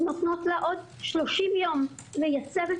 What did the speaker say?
הן נותנות לה עוד 30 יום לייצב את